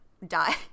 Die